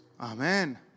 Amen